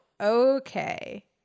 okay